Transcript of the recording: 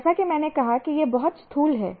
जैसा कि मैंने कहा कि यह बहुत स्थूल है